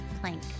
Plank